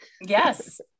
Yes